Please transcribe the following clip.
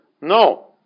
No